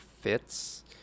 fits